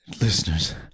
listeners